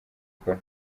gukora